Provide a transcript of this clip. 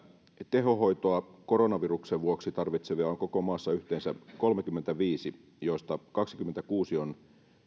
tehohoitoa koronaviruksen vuoksi tarvitsevia on koko maassa yhteensä kolmekymmentäviisi joista kaksikymmentäkuusi on